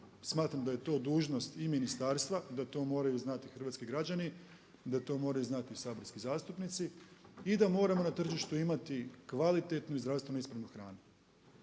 Smatram da je to dužnost i ministarstva, da to moraju znati hrvatski građani, da to moraju zanati saborski zastupnici i da moramo na tržištu imati kvalitetnu i zdravstveno ispravnu hranu.